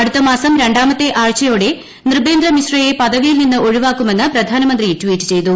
അടുത്ത മാസം രണ്ടാമത്ത് ആഴ്ചയോടെ നൃപേന്ദ്രമിശ്രയെ പദവിയിൽ നിന്ന് ഒഴിവാക്കു്ക്മുന്ന് പ്രധാനമന്ത്രി ട്വീറ്റ് ചെയ്തു